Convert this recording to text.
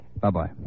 Bye-bye